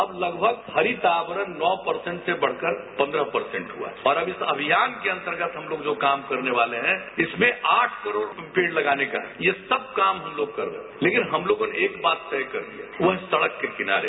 अब लगभग हरित आवरण नौ प्रतिशत से बढ़कर पन्द्रह प्रतिशत हुआ और इस अभियान के अंतर्गत हमलोग जो काम करने वाले हैं इसमें आठ करोड़ पेड़ लगाने का है ये सब काम हमलोग कर रहे हैं लेकिन हमलोग ये बात तय कर लिया है वह सड़क के किनारे